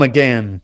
Again